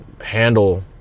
handle